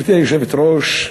גברתי היושבת-ראש,